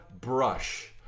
brush